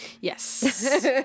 Yes